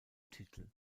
titel